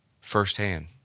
firsthand